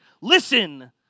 Listen